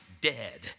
dead